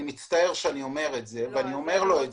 אני מצטער שאני אומר את זה ואני אומר לו את